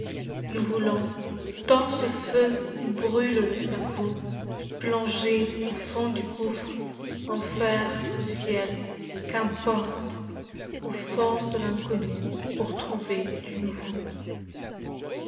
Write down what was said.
nous voulons tant ce feu nous brûle le cerveau plonger au fond du gouffre f nfer ou ciel qu'importe ku fond de l'inconnu pour trouver du nouveaui